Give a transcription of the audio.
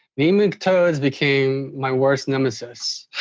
nematodes became my worst nemesis.